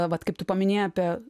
vat kaip tu paminėjai apie